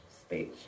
speech